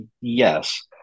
Yes